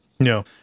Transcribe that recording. No